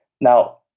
now